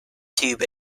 tube